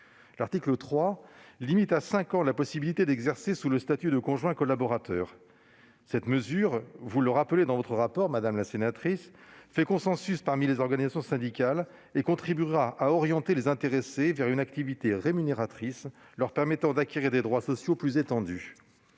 L'article 3 tend à limiter à cinq ans la possibilité d'exercer sous le statut de conjoint collaborateur. Cette mesure, vous le rappelez dans votre rapport, madame la rapporteure, fait consensus parmi les organisations syndicales et contribuera à orienter les intéressés vers une activité rémunératrice leur permettant d'acquérir des droits sociaux plus étendus.